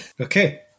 Okay